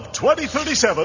2037